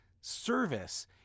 service